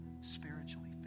spiritually